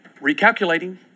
recalculating